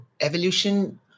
evolution